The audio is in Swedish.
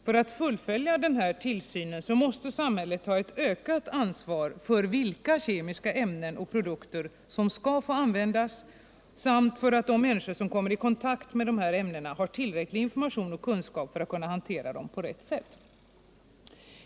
För att fullfölja denna tillsyn måste samhället ta ett ökat ansvar för vilka kemiska ämnen och produkter som skall få användas samt för att de människor som kommer i kontakt med dessa ämnen har tillräcklig information och kunskap för att kunna hantera dem på rätt sätt.